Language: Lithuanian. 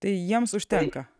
tai jiems užtenka